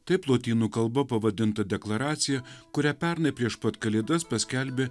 taip lotynų kalba pavadinta deklaracija kurią pernai prieš pat kalėdas paskelbė